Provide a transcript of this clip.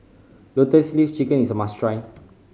Lotus Leaf Chicken is a must try